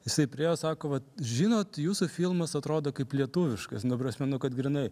jisai priėjo sako vat žinot jūsų filmas atrodo kaip lietuviškas ta prasme nu kad grynai